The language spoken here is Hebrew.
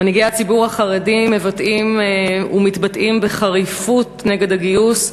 מנהיגי הציבור החרדי מבטאים ומתבטאים בחריפות נגד הגיוס,